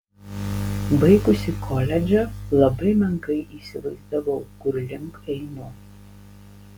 baigusi koledžą labai menkai įsivaizdavau kur link einu